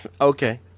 Okay